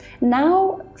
now